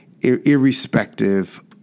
irrespective